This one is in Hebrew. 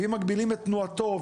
ואם מגבילים את תנועתו,